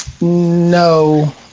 No